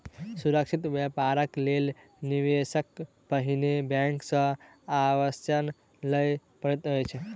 सुरक्षित व्यापारक लेल निवेशक पहिने बैंक सॅ आश्वासन लय लैत अछि